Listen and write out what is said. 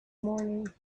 morning